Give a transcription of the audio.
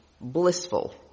blissful